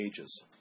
ages